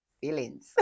feelings